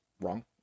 wrong